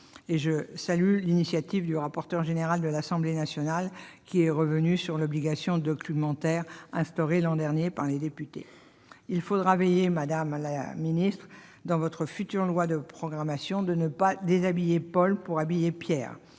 je salue l'initiative du rapporteur général de l'Assemblée nationale, qui est revenu sur l'obligation documentaire instaurée l'an dernier par les députés. Il faudra veiller, dans votre future loi de programmation, à ne pas déshabiller Paul pour habiller Pierre.